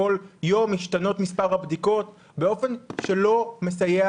כל יום משתנה מספר הבדיקות באופן שלא מסייע